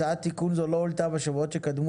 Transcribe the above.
הצעת תיקון זו לא הועלתה בשבועות שקדמו